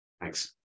thanks